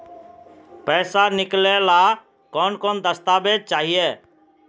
पैसा निकले ला कौन कौन दस्तावेज चाहिए?